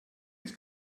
ins